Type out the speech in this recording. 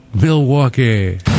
Milwaukee